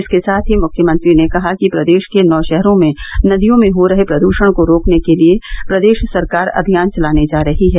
इसके साथ ही मुख्यमंत्री ने कहा कि प्रदेश के नौ ाहरों में नदियों में हो रहे प्रद् ण को रोकने के लिये प्रदेश सरकार अभियान चलाने जा रही है